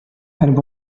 and